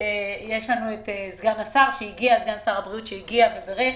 יש לנו את סגן שר הבריאות שהגיע ובירך.